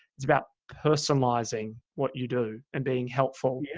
it's about personalising what you do and being helpful. yeah